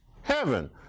heaven